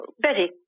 Betty